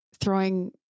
throwing